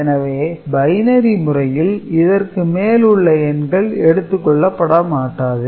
எனவே பைனரி முறையில் இதற்கு மேல் உள்ள எண்கள் எடுத்து கொள்ளப்படாது